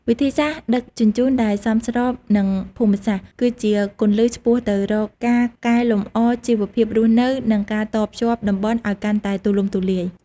វិធីសាស្រ្តដឹកជញ្ជូនដែលសមស្របនឹងភូមិសាស្ត្រ គឺជាគន្លឹះឆ្ពោះទៅរកការកែលម្អជីវភាពរស់នៅ និងការតភ្ជាប់តំបន់ឱ្យកាន់តែទូលំទូលាយ។